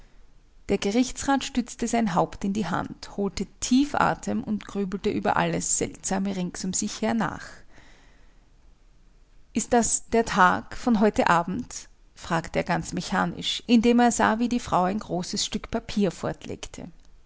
der gerichtsrat stützte sein haupt in die hand holte tief atem und grübelte über alles seltsame rings um sich her nach ist das der tag von heute abend fragte er ganz mechanisch indem er sah wie die frau ein großes stück